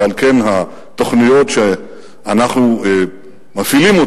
ועל כן התוכניות שאנחנו מפעילים,